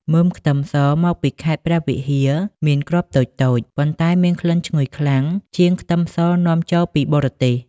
មើមខ្ទឹមសមកពីខេត្តព្រះវិហារមានគ្រាប់តូចៗ ប៉ុន្តែមានក្លិនឈ្ងុយខ្លាំងជាងខ្ទឹមសនាំចូលពីបរទេស។